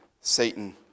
Satan